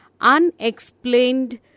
unexplained